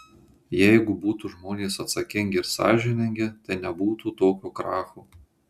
jeigu būtų žmonės atsakingi ir sąžiningi tai nebūtų tokio kracho